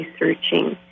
researching